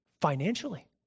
financially